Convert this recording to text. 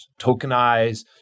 tokenize